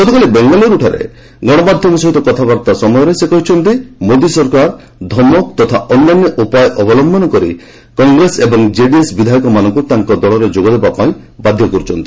ଗତକାଲି ବାଙ୍ଗାଲୋରଠାରେ ଗଣମାଧ୍ୟମ ସହିତ କଥାବାର୍ତ୍ତା ବେଳେ ସେ କହିଛନ୍ତି ମୋଦି ସରକାର ଧମକ ତଥା ଅନ୍ୟାନ୍ୟ ଉପାୟ ଅବଲମ୍ଭନ କରି କଂଗ୍ରେସ ଏବଂ ଜେଡିଏସ୍ ବିଧାୟକମାନଙ୍କୁ ତାଙ୍କ ଦଳରେ ଯୋଗଦେବା ପାଇଁ ବାଧ୍ୟ କର୍ରଛନ୍ତି